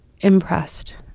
impressed